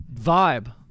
vibe